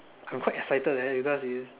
I'm quite excited leh because it's